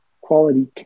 quality